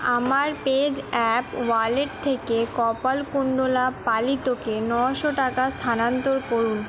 আমার PayZapp wallet থেকে কপালকুণ্ডলা পালিতকে নশো টাকা স্থানান্তর করুন